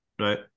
right